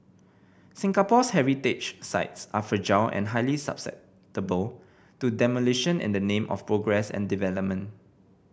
Singapore's heritage sites are fragile and highly susceptible to demolition in the name of progress and development